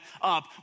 up